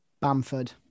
Bamford